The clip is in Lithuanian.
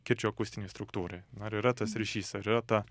kirčio akustinei struktūrai ar yra tas ryšys ar yra ta